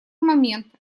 момент